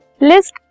List